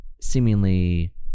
seemingly